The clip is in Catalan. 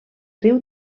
riu